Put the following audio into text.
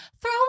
throw